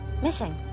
missing